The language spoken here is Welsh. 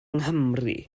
nghymru